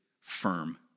firm